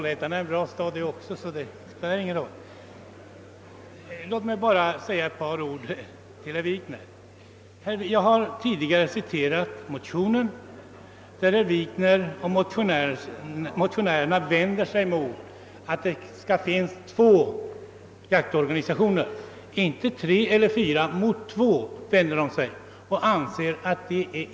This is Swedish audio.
Herr talman! Låt mig bara säga några ord till herr Wikner. Tidigare citerade jag ur motionen där herr Wikner och de övriga motionärerna vänder sig mot att det finns två jaktorganisationer. Inte mot förekomsten av tre eller fyra.